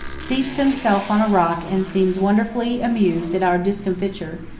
seats himself on a rock and seems wonderfully amused at our discomfiture,